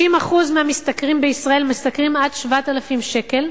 60% מהמשתכרים בישראל משתכרים עד 7,000 שקל.